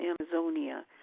Amazonia